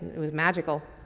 it was magical.